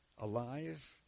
alive